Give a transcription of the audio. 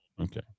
Okay